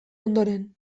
ondoren